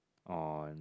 on